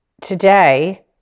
today